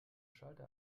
schalter